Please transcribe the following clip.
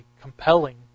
compelling